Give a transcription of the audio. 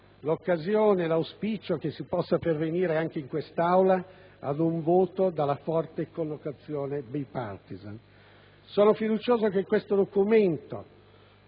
ancora, l'auspicio che si possa pervenire anche in quest'Aula ad un voto dalla forte connotazione *bipartisan*. Sono fiducioso che su questo documento,